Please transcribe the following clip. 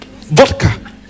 vodka